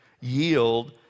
yield